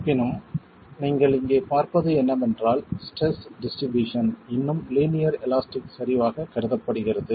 இருப்பினும் நீங்கள் இங்கே பார்ப்பது என்னவென்றால் ஸ்ட்ரெஸ் டிஸ்ட்ரிபியூஷன் இன்னும் லீனியர் எலாஸ்டிக் சரிவாகக் கருதப்படுகிறது